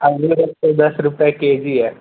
अँगूर है तो दस रुपये के जी है